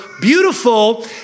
beautiful